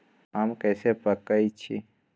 आम कईसे पकईछी?